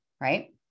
right